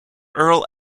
earl